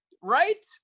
right